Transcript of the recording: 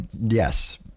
yes